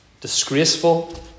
disgraceful